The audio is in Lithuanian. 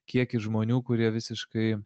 kiekį žmonių kurie visiškai